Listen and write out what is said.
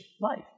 life